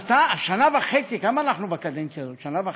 השנה וחצי, כמה אנחנו בקדנציה הזאת, שנה וחצי?